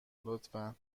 لطفا